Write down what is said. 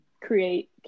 create